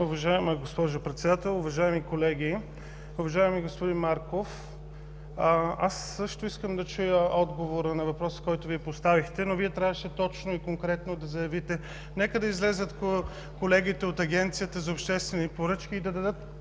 Уважаема госпожо Председател, уважаеми колеги! Уважаеми господин Марков, аз също искам да чуя отговора на въпроса, който поставихте, но трябваше да заявите точно и конкретно. Нека да излязат колегите от Агенцията за обществени поръчки и да дадат